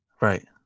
Right